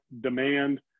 demand